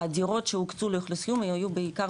הדירות שהוקצו לאוכלוסייה היו בעיקר